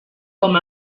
com